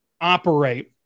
operate